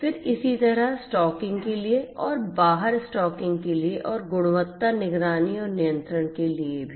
फिर इसी तरह स्टॉकिंग के लिए और बाहर स्टॉकिंग के लिए और गुणवत्ता निगरानी और नियंत्रण के लिए भी